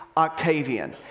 Octavian